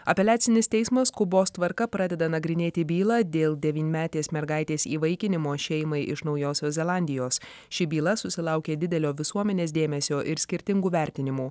apeliacinis teismas skubos tvarka pradeda nagrinėti bylą dėl devynmetės mergaitės įvaikinimo šeimai iš naujosios zelandijos ši byla susilaukė didelio visuomenės dėmesio ir skirtingų vertinimų